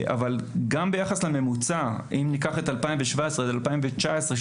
לקחנו את השנים 2017 עד 2019,